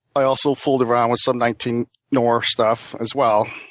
i also fooled around with some nineteen nor stuff as well